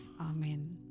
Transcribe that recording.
Amen